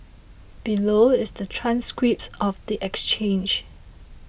below is the transcripts of the exchange